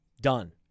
Done